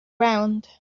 around